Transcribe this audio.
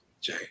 Jay